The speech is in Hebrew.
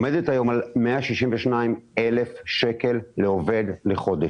עומדת היום על 162,000 שקל לעובד לחודש.